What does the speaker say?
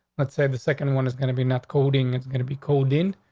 let's say the second one is going to be not coding. it's gonna be cold in.